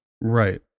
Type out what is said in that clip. Right